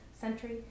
century